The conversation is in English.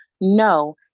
No